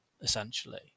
essentially